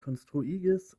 konstruigis